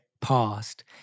past